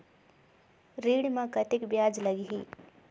ऋण मे कतेक ब्याज लगही?